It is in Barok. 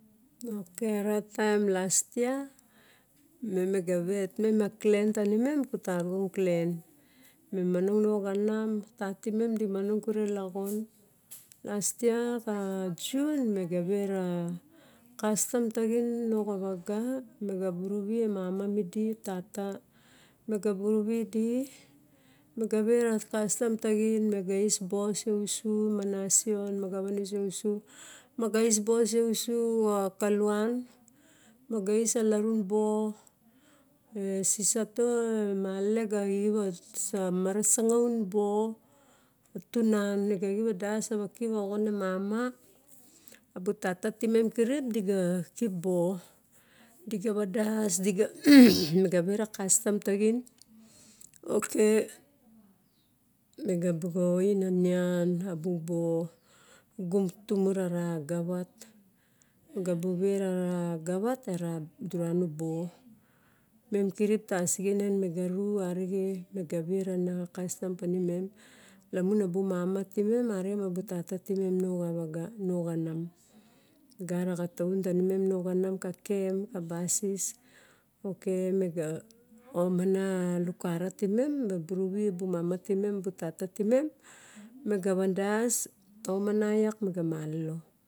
Ok ratam las yia, em mega vat ma clan tanim kutare clan, e mononog no kainim tatim di aro yure lakon las yia a juare maga vera kistam tagim, no a vaga mega buru ve mama medi, tata me ga bumudi maga veira kastium lagine mega gius boo so usu ma na se on maga van oso ousu maga gias boo seusu ga kulaian, mega gius a larun boo, seusa to malelega giap a mara sugon boo tuna a. Na ga giup a dias rawa kip a xogona mama. A bub tata team kirip di ga bip boo gim ga vadas diga me ga vara kastam tagim. Ok megabu oxim a nina, a bu boo gum tomar a rugovat megabu varara gavat a ru duranu boo em kirip taseginin mega au megan mega vara na kasitam patem lumono na mama team aregan ma bu tata team novaga nokanam. Gara xagaton taniem no kanam ka kam a busese, okay memo omana lakara team buruvi a bu mama team abu tata team mega vandas, tomana gak mega malolo.